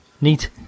Neat